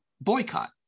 boycott